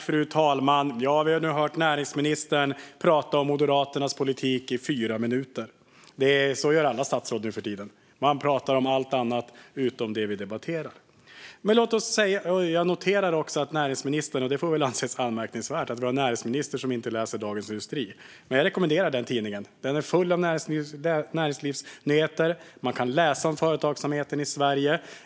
Fru talman! Vi har nu hört näringsministern prata om Moderaternas politik i fyra minuter. Så gör alla statsråd nu för tiden - de pratar om allt utom det vi debatterar. Jag noterar också, och det får väl anses anmärkningsvärt, att vi har en näringsminister som inte läser Dagens industri. Jag rekommenderar den tidningen. Den är full av näringslivsnyheter. Man kan läsa om företagsamheten i Sverige.